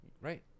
right